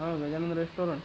हां गजानन रेस्टोरंट